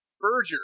Berger